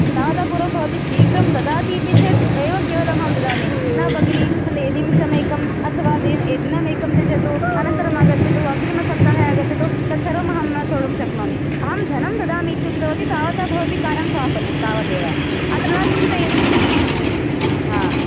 तावदा पूर्वं भवती शीघ्रं ददाति इति चेद् एव केवलमहं ददामि न भगिनी निमिषम् एकम् अथवा दि दिनमकं त्यजतु अनन्तरम् आगच्छतु अग्रिमसप्ताहे आगच्छतु तद् सर्वमहं न सोढुं शक्नोमि अहं धनं ददामि इत्युकवती तावता भवती कार्यं समापनीयं तावदेव एव अत्र न चिन्तयन् हा